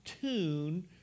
tune